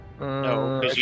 No